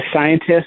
scientists